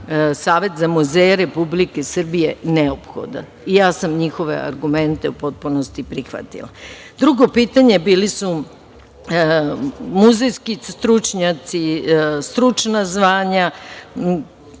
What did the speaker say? savet za muzeje Republike Srbije neophodan. Ja sam njihove argumente u potpunosti prihvatila. Drugo pitanje bili su muzejski stručnjaci, stručna zvanja.